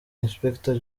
inspector